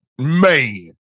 man